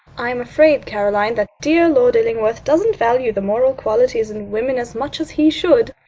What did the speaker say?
i am afraid, caroline, that dear lord illingworth doesn't value the moral qualities in women as much as he should.